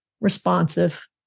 responsive